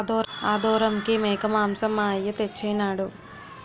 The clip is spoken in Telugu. ఆదోరంకి మేకమాంసం మా అయ్య తెచ్చెయినాడు